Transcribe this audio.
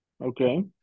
Okay